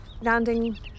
landing